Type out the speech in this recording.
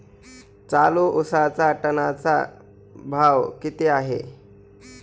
चालू उसाचा टनाचा भाव किती आहे?